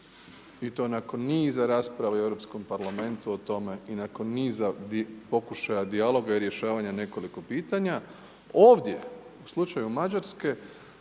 I to nakon niza rasprava u Europskom parlamentu o tome i nakon niza pokušaja dijaloga i rješavanja nekoliko pitanja. Ovdje u slučaju Mađarske,